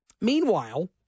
Meanwhile